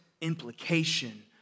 implication